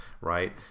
right